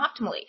optimally